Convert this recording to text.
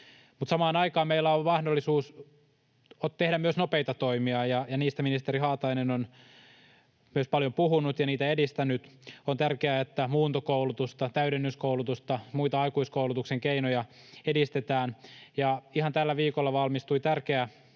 samaan aikaan meillä on mahdollisuus tehdä myös nopeita toimia, ja niistä ministeri Haatainen on myös paljon puhunut ja niitä edistänyt. On tärkeää, että muuntokoulutusta, täydennyskoulutusta, muita aikuiskoulutuksen keinoja edistetään. Ihan tällä viikolla valmistui tärkeä